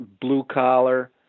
blue-collar